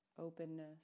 openness